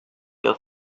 feel